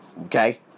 okay